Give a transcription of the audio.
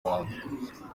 rwanda